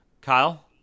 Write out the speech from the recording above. Kyle